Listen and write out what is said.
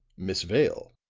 miss vale,